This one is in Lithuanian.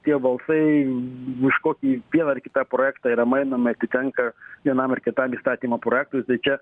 tie balsai už kokį vieną ar kitą projektą yra mainomi atitenka vienam ar kitam įstatymo projektui tai čia